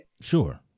Sure